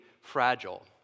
fragile